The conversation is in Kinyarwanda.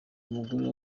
umugore